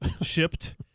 shipped